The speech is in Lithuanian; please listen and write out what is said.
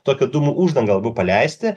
tokių dūmų uždanga labiau paleisti